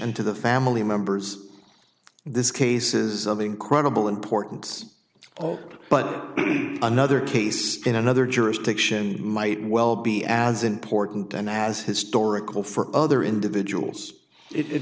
and to the family members this cases of incredible importance all but another case in another jurisdiction might well be as important and as historical for other individuals it